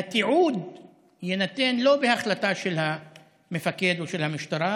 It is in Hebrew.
והתיעוד יינתן לא בהחלטה של המפקד או המשטרה